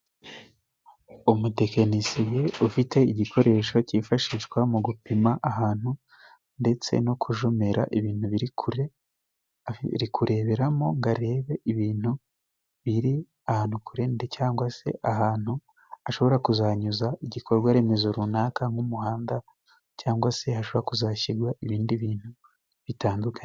Umutekinisiye ufite igikoresho cyifashishwa mu gupima ahantu, ndetse no kujomera ibintu biri kure, ari kureberamo ngo arebe ibintu biri ahantu kure, cyangwa se ahantu ashobora kuzanyuza igikorwa remezo runaka nk'umuhanda, cyangwa se hashobora kuzashyirwa ibindi bintu bitandukanye.